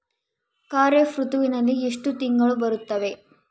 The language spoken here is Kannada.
ಖಾರೇಫ್ ಋತುವಿನಲ್ಲಿ ಎಷ್ಟು ತಿಂಗಳು ಬರುತ್ತವೆ?